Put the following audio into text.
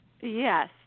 Yes